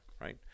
right